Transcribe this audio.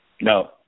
No